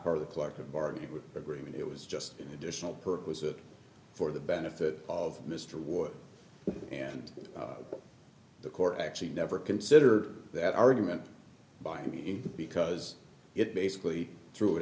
part of the collective bargaining agreement it was just an additional perquisite for the benefit of mr ward and the court actually never considered that argument by me because it basically threw it